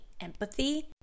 empathy